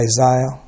Isaiah